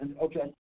Okay